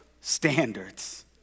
standards